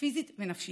פיזית ונפשית,